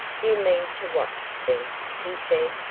you mean to watch, then, he said.